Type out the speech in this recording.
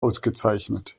ausgezeichnet